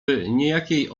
niejakiej